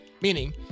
Meaning